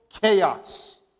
chaos